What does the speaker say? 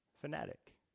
Fanatic